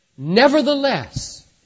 Nevertheless